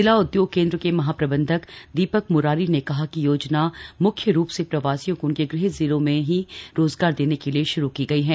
जिला उद्योग केंद्र के महाप्रबंधक दीपक म्रारी ने कहा कि योजना म्ख्य रूप से प्रवासियों को उनके गृह जिलों में ही रोजगार देने के लिए श्रू की गई है